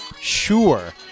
sure